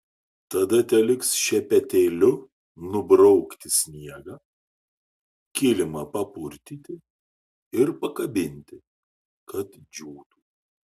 tada teliks šepetėliu nubraukti sniegą kilimą papurtyti ir pakabinti kad džiūtų